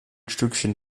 stückchen